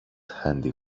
handy